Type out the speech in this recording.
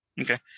Okay